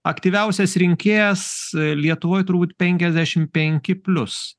aktyviausias rinkėjas lietuvoj turbūt penkiasdešim penki plius